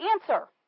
answer